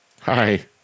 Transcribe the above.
Hi